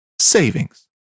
savings